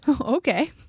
Okay